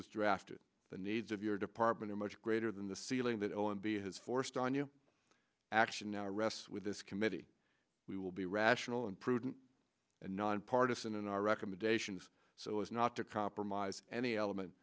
was drafted the needs of your department are much greater than the ceiling that ill and b has forced on you action now rests with this committee we will be rational and prudent and nonpartisan in our recommendations so as not to compromise any element